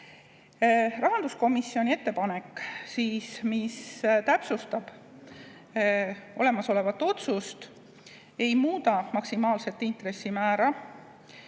Rahanduskomisjoni ettepanek, mis täpsustab olemasolevat otsust, ei muuda maksimaalset intressimäära,